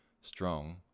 strong